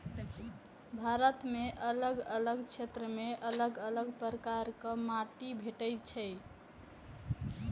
भारत मे अलग अलग क्षेत्र मे अलग अलग प्रकारक माटि भेटै छै